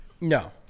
No